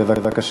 בבקשה.